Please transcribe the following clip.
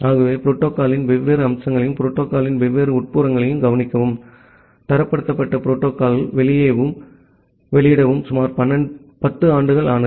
ஆகவே புரோட்டோகால்யின் வெவ்வேறு அம்சங்களை புரோட்டோகால்யின் வெவ்வேறு உட்புறங்களைக் கவனிக்கவும் தரப்படுத்தப்பட்ட புரோட்டோகால்யாக வெளியிடவும் சுமார் 10 ஆண்டுகள் ஆனது